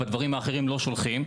בדברים האחרים לא שולחים.